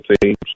teams